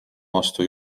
vastu